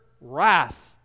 wrath